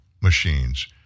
machines